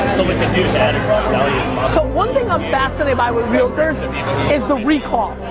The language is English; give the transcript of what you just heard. you know you know so one thing i'm fascinated by with realtors, is the recall.